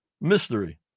mystery